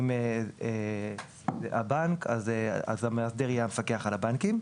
אם זה הבנק, אז המאסדר יהיה המפקח על הבנקים,